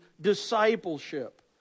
discipleship